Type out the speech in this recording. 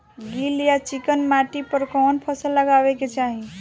गील या चिकन माटी पर कउन फसल लगावे के चाही?